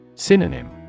Synonym